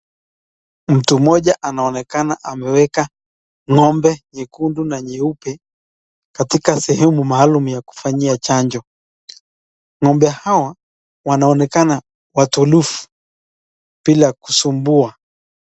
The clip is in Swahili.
Mtu moja anaonekana ameweka ngombe nyekundu na nyeupe, katika sehemu maalum ya kufanyia chanjo. Ngombe hawa wanaonekana watulivu bila kusumbua.